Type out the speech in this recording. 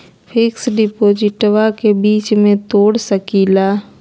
Fix डिपोजिटबा के बीच में तोड़ सकी ना?